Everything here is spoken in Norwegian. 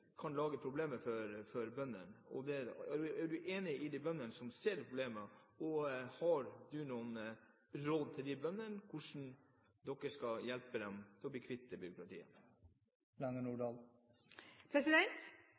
kan lage problemer for bøndene? Er du enig med de bøndene som ser problemet, og har du noen råd til disse om hvordan dere skal hjelpe dem til å bli kvitt byråkratiet?